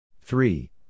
three